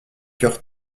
cœur